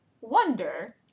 Wonder